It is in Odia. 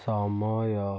ସମୟ